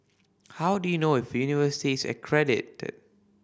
how do you know if a university is accredited